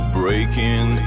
breaking